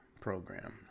Program